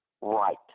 right